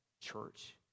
church